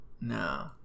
No